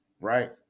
right